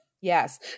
yes